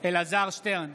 אלעזר שטרן,